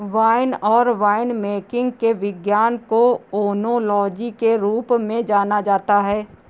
wine और winemaking के विज्ञान को ओनोलॉजी के रूप में जाना जाता है